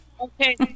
Okay